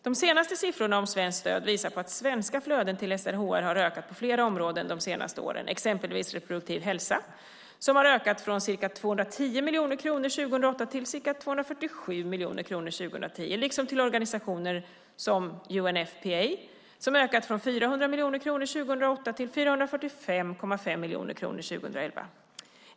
De senaste siffrorna om svenskt stöd visar på att svenska flöden till SRHR har ökat på flera områden de senaste åren, exempelvis reproduktiv hälsa, som har ökat från ca 210 miljoner kronor 2008 till ca 247 miljoner kronor 2010, liksom till organisationer så som UNFPA, som ökat från 400 miljoner kronor 2008 till 445,5 miljoner kronor 2011.